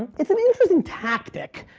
it's an interesting tactic,